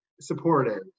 supportive